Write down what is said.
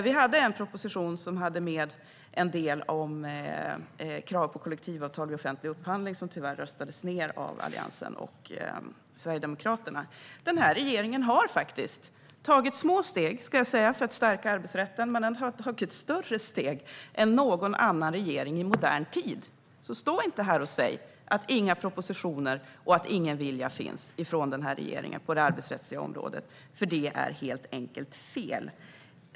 Vi hade en proposition som hade med en del om krav på kollektivavtal vid offentlig upphandling som tyvärr röstades ned av Alliansen och Sverigedemokraterna. Den här regeringen har tagit små steg för att stärka arbetsrätten. Men den har tagit större steg än någon annan regering i modern tid. Stå inte här och säg att det inte har kommit några propositioner och att ingen vilja finns från regeringen på det arbetsrättsliga området. Det är helt enkelt fel.